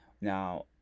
now